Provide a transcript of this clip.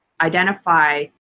identify